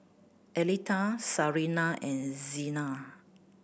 Aletha Sarina and Xena